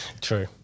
true